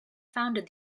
founded